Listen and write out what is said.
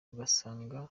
ugasanga